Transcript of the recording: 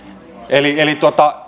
eli eli